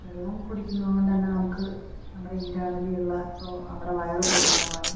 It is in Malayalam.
വെള്ളം കുടിക്കുന്നതുകൊണ്ട് തന്നെ നമുക്ക് നമ്മുടെ ഇൻറ്റേർണലിയുള്ള ഇപ്പോള് നമ്മുടെ വയറ് ക്ലീന് ആകാനും